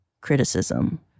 criticism